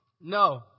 No